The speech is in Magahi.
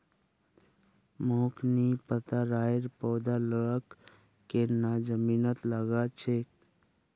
मोक नी पता राइर पौधा लाक केन न जमीनत लगा छेक